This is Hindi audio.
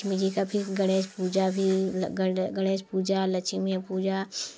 लक्ष्मी जी का भी गणेश पूजा भी गणेश पूजा लक्ष्मी पूजा